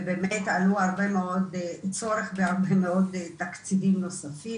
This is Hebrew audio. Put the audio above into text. ובאמת עלה צורך בהרבה מאוד תקציבים נוספים,